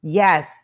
yes